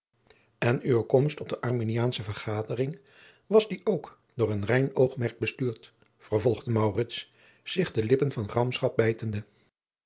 en uwe komst op de arminiaansche vergadering was die ook door een rein oogmerk bestuurd vervolgde maurits zich de lippen van gramschap bijtende